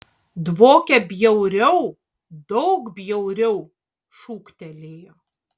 dvokia bjauriau daug bjauriau šūktelėjo